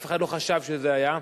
אף אחד לא חשב שזה היה.